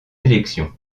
élection